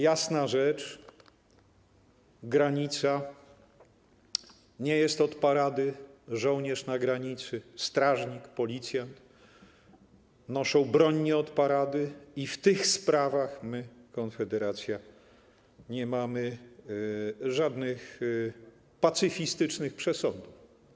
Jasna rzecz, granica nie jest od parady, żołnierz na granicy, strażnik, policjant noszą broń nie od parady i w tych sprawach my, Konfederacja, nie hołdujemy żadnym pacyfistycznym przesądom.